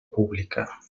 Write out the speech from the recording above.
pública